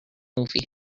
movie